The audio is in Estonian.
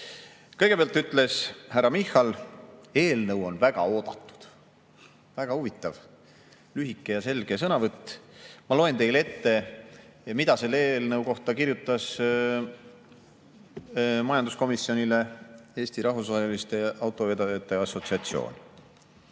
Kõigepealt ütles härra Michal, et eelnõu on väga oodatud. Väga huvitav, lühike ja selge sõnavõtt. Ma loen teile ette, mida selle eelnõu kohta kirjutas majanduskomisjonile Eesti Rahvusvaheliste Autovedajate Assotsiatsioon: